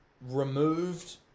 removed